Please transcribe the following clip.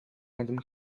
northern